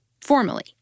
Formally